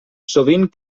sovint